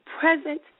present